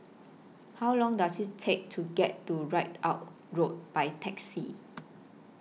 How Long Does IT Take to get to Ridout Road By Taxi